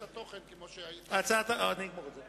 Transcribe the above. רק את שם החוק, לא צריך יותר.